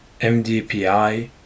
MDPI